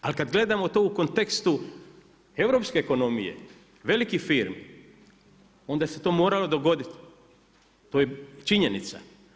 Ali kad gledamo to u kontekstu europske ekonomije velikih firmi, onda se to moralo dogoditi, to je činjenica.